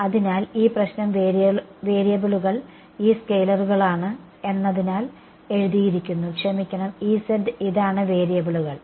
അതിനാൽ ഈ പ്രശ്നം വേരിയബിളുകൾ ഈ സ്കെയിലറുകളാണ് എന്നതിനാൽ എഴുതിയിരിക്കുന്നു ക്ഷമിക്കണം ഇതാണ് വേരിയബിളുകൾ